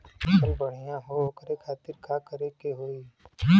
फसल बढ़ियां हो ओकरे खातिर का करे के होई?